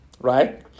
Right